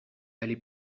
aller